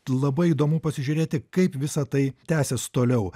labai įdomu pasižiūrėti kaip visa tai tęsis toliau